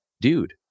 dude